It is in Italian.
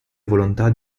volontà